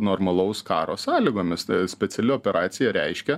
normalaus karo sąlygomis speciali operacija reiškia